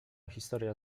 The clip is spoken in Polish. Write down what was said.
historia